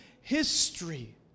history